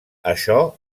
això